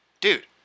Dude